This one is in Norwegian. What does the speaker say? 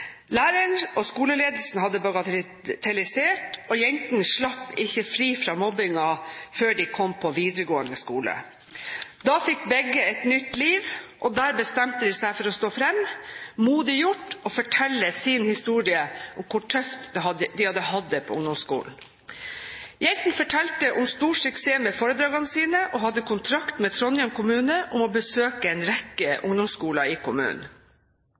Læreren og skoleledelsen hadde bagatellisert det, og jentene slapp ikke fri fra mobbingen før de kom på videregående skole. Da fikk begge et nytt liv, og de bestemte seg for å stå fram. Det er modig gjort å fortelle sin historie om hvor tøft de hadde hatt det på ungdomsskolen. Jentene fortalte om stor suksess med foredragene. De hadde kontrakt med Trondheim kommune om å besøke en rekke ungdomsskoler i kommunen,